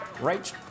Right